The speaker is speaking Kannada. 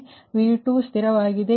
ಆದ್ದರಿಂದ V2 ಸ್ಥಿರವಾಗಿದೆ